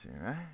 right